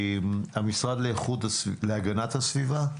המשרד להגנת הסביבה.